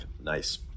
Nice